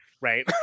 right